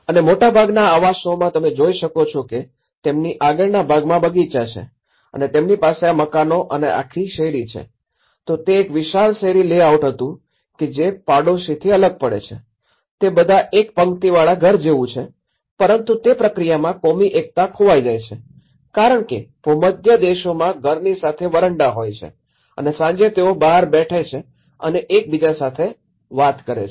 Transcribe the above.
અને મોટાભાગનાં આવાસોમાં તમે જોઈ શકો કે તેમની આગળના ભાગમાં બગીચા છે અને તેમની પાસે આ મકાનો અને આખી શેરી છે તો તે એક વિશાળ શેરી લેઆઉટ હતું કે જે પડોશીથી અલગ પડે છે તે બધા એક પંક્તિવાળા ઘર જેવું છે પરંતુ તે પ્રક્રિયામાં કોમી એકતા ખોવાઈ જાય છે કારણ કે ભૂમધ્ય દેશોમાં ઘરની સાથે વરંડા હોય છે અને સાંજે તેઓ બધા બહાર બેઠે છે અને એકબીજા સાથે વાત કરે છે